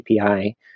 API